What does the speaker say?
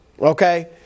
okay